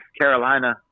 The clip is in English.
Carolina